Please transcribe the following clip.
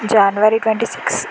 January twenty six